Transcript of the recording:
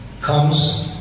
comes